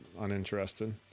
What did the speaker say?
uninterested